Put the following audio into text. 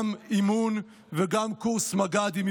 גם אימון וגם קורס מג"דים,